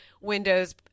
windows